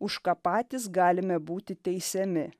už ką patys galime būti teisiami